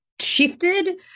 shifted